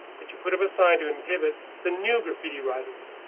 but you put up a sign to inhibit the new graffiti writers.